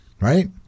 right